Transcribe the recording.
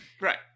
Right